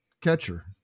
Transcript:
catcher